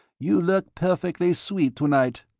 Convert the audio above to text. you look perfectly sweet to-night.